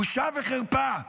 בושה וחרפה.